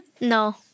No